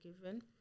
given